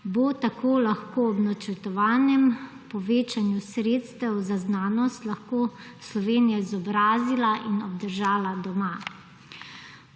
bo tako lahko v načrtovanem povečanju sredstev za znanost lahko Slovenija izobrazila in obdržala doma.